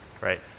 right